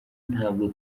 ntabwo